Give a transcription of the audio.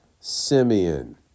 Simeon